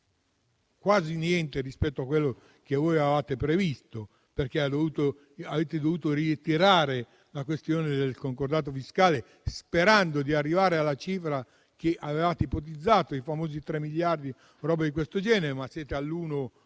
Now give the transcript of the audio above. quasi niente rispetto a quello che voi avevate previsto, perché avete dovuto ritirare la questione del concordato fiscale sperando di arrivare alla cifra che avevate ipotizzato, i famosi 3 miliardi circa, ma siete a